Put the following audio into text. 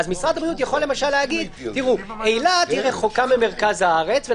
אז משרד הבריאות יכול למשל להגיד שאילת רחוקה ממרכז הארץ,